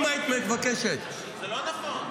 אם היית מבקשת --- זה לא נכון.